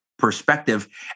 perspective